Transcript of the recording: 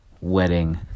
wedding